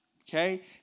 okay